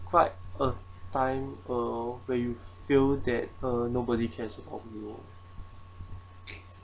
describe a time uh where you feel that uh nobody cares about you